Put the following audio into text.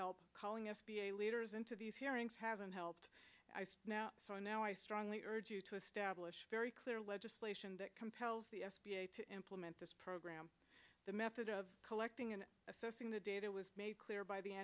help calling s b a leaders into these hearings haven't helped so now i strongly urge you to establish very clear legislation that compels the f d a to implement this program the method of collecting and assessing the data was made clear by the